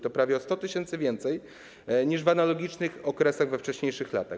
To prawie o 100 tys. osób więcej niż w analogicznych okresach we wcześniejszych latach.